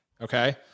Okay